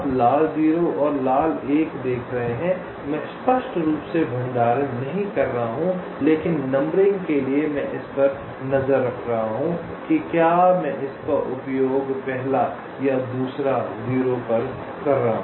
आप लाल 0 और लाल 1 देख रहे हैं मैं स्पष्ट रूप से भंडारण नहीं कर रहा हूं लेकिन नंबरिंग के लिए मैं इस पर नज़र रख रहा हूं कि क्या मैं इसका उपयोग पहला 0 या दूसरा 0 पर कर रहा हूं